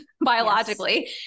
biologically